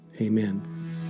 amen